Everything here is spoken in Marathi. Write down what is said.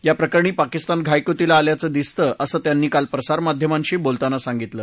याप्रकरणी पाकिस्तान घायकुतीला आल्याचं दिसतं असं त्यांनी काल प्रसारमाध्यमांशी बोलताना सांगितलं